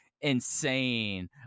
insane